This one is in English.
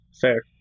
Fair